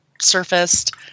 surfaced